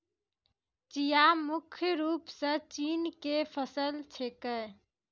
चिया मुख्य रूप सॅ चीन के फसल छेकै